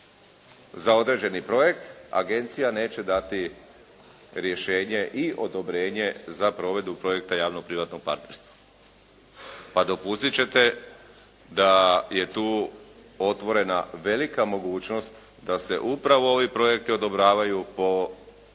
za određeni projekt, agencija neće dati rješenje i odobrenje za provedbu projekta javno-privatnog partnerstva. Pa dopustit ćete da je tu otvorena velika mogućnost da se upravo ovi projekti odobravaju po političkoj